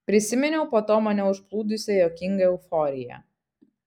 prisiminiau po to mane užplūdusią juokingą euforiją